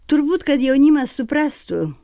turbūt kad jaunimas suprastų